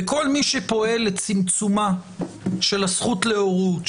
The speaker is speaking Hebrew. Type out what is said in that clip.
וכל מי שפועל לצמצומה של הזכות להורות,